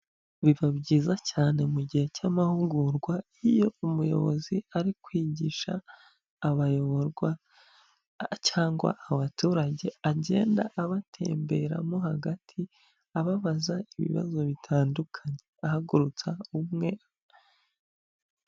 Biba byiza cyane mu gihe cy'amahugurwa iyo umuyobozi ari kwigisha abayoborwa cyangwa abaturage agenda abatemberamo hagati ababaza ibibazo bitandukanye ahagurutsa umwe.